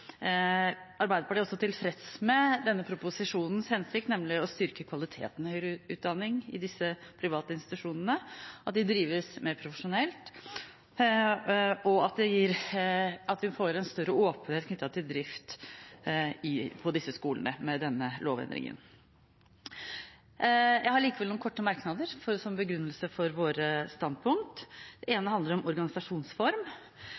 Arbeiderpartiet er også tilfreds med denne proposisjonens hensikt, nemlig å styrke kvaliteten i høyere utdanning i disse private institusjonene, at de drives mer profesjonelt, og at vi får større åpenhet knyttet til drift på disse skolene med denne lovendringen. Jeg har likevel noen korte merknader som begrunnelse for våre standpunkt. Det